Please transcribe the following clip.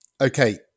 Okay